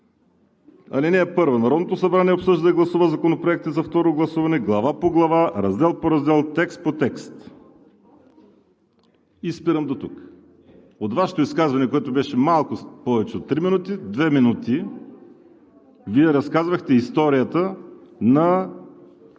„Чл. 84 (1) Народното събрание обсъжда и гласува законопроекти за второ гласуване глава по глава, раздел по раздел, текст по текст.“ Спирам дотук. От Вашето изказване, което беше малко повече от 3 минути, 2 минути Вие разказвахте историята на